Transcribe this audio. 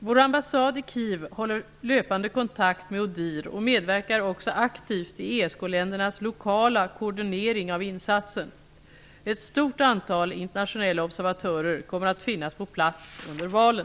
Vår ambassad i Kiev håller löpande kontakt med ODIHR och medverkar också aktivt i ESK-ländernas lokala koordinering av insatsen. Ett stort antal internationella observatörer kommer att finnas på plats under valet.